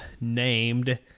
named